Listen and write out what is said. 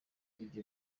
ibyo